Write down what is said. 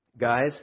Guys